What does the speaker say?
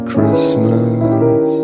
Christmas